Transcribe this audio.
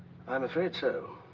i'm afraid so.